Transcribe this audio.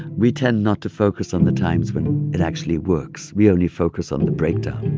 we tend not to focus on the times when it actually works. we only focus on the breakdown,